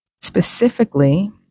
specifically